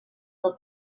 del